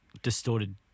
distorted